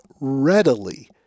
readily